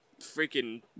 freaking